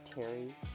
Terry